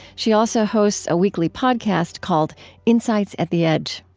she also hosts a weekly podcast called insights at the edge